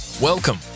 Welcome